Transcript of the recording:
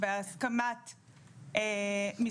אם רוצים לקבל את הסכמתה של יושבת-הראש סילמן ראוי לוודא